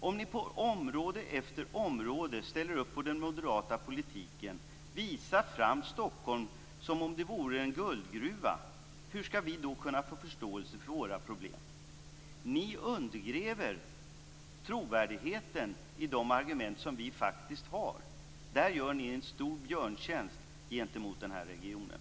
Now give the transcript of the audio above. Om ni på område efter område ställer upp på den moderata politiken och visar fram Stockholm som om det vore en guldgruva, hur skall vi då kunna få förståelse för våra problem? Ni undergräver trovärdigheten i de argument som vi faktiskt har. Där gör ni en stor björntjänst gentemot den här regionen.